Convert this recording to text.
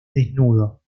desnudo